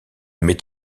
met